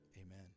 amen